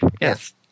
Yes